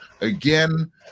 again